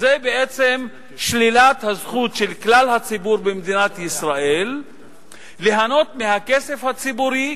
זו בעצם שלילת הזכות של כלל הציבור במדינת ישראל ליהנות מהכסף הציבורי,